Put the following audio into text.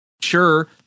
Sure